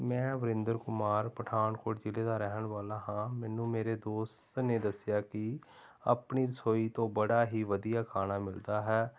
ਮੈਂ ਵਰਿੰਦਰ ਕੁਮਾਰ ਪਠਾਨਕੋਟ ਜ਼ਿਲ੍ਹੇ ਦਾ ਰਹਿਣ ਵਾਲਾ ਹਾਂ ਮੈਨੂੰ ਮੇਰੇ ਦੋਸਤ ਨੇ ਦੱਸਿਆ ਕਿ ਆਪਣੀ ਰਸੋਈ ਤੋਂ ਬੜਾ ਹੀ ਵਧੀਆ ਖਾਣਾ ਮਿਲਦਾ ਹੈ